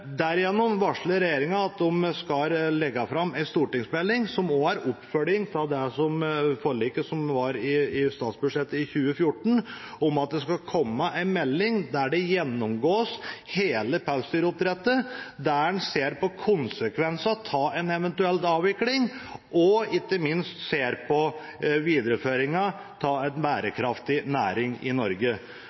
varsler at de skal legge fram en stortingsmelding som også er en oppfølging av det forliket som er i statsbudsjettet i 2014. Det skal komme en melding der hele pelsdyrnæringen gjennomgås, der en ser på konsekvenser, vurderer en eventuell avvikling og ikke minst ser på videreføringen av en bærekraftig næring i Norge.